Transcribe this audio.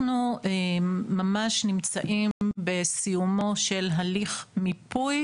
אנחנו ממש נמצאים בסיומו של הליך מיפוי